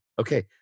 okay